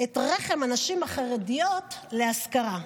את רחם הנשים החרדיות להשכרה.